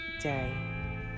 Day